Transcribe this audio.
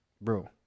bro